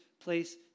place